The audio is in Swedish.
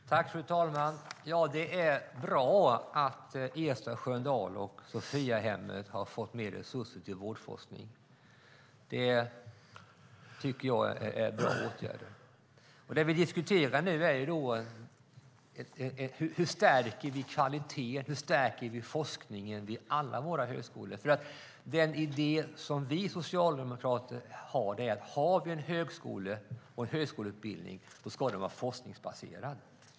Fru talman! Det är bra att Ersta Sköndal och Sophiahemmet har fått mer resurser till vårdforskning. Det tycker jag är bra. Det vi nu diskuterar är hur vi stärker kvaliteten och forskningen vid alla våra högskolor. Den idé som vi socialdemokrater har är att om man har en högskoleutbildning ska den vara forskningsbaserad.